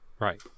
Right